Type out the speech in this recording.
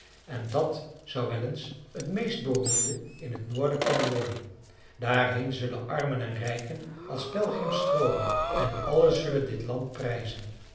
en dat zou wel eens het meest beroemde in het noorden kunnen worden daarheen zullen armen en rijken als pelgrims stroomen en allen zullen dit land prijzen